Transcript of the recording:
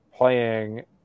playing